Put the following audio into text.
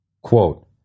Quote